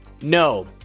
no